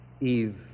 Eve